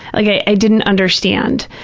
like i i didn't understand.